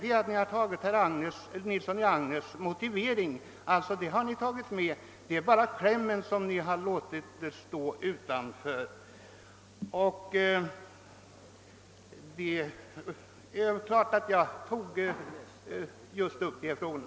Vad ni reservanter gjort är emellertid ati ni tagit in hans motivering och bara utelämnat klämmen. Därför var det också naturligt att beröra hans motion.